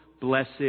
blessed